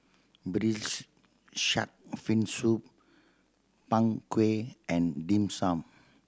Braised Shark Fin Soup Png Kueh and Dim Sum